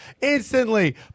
instantly